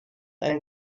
ein